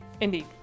indeed